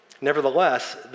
Nevertheless